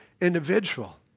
individual